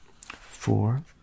Four